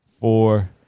four